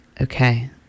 okay